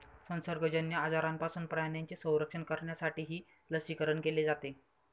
संसर्गजन्य आजारांपासून प्राण्यांचे संरक्षण करण्यासाठीही लसीकरण केले जाते